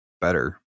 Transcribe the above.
better